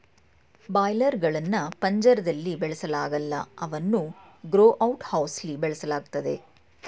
boiler ಗಳ್ನ ಪಂಜರ್ದಲ್ಲಿ ಬೆಳೆಸಲಾಗಲ್ಲ ಅವನ್ನು ಗ್ರೋ ಔಟ್ ಹೌಸ್ಲಿ ಬೆಳೆಸಲಾಗ್ತದೆ